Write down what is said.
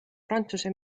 prantsuse